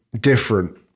different